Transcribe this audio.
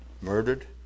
murdered